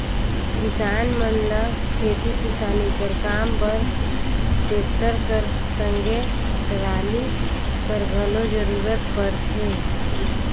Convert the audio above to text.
किसान मन ल खेती किसानी कर काम बर टेक्टर कर संघे टराली कर घलो जरूरत परथे